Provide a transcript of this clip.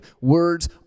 Words